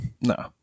no